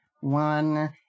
one